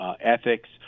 ethics